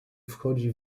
wchodzi